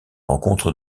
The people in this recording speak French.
rencontre